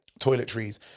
Toiletries